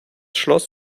schloss